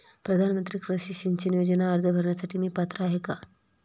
प्रधानमंत्री कृषी सिंचन योजना अर्ज भरण्यासाठी मी पात्र आहे का?